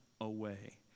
away